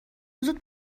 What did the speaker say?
زود